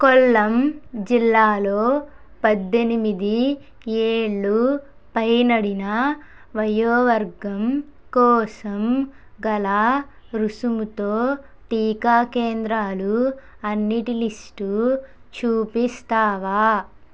కొల్లం జిల్లాలో పద్దెనిమిది ఏళ్లు పైనడిన వయోవర్గం కోసం గల రుసుముతో టీకా కేంద్రాలు అన్నిటి లిస్టు చూపిస్తావా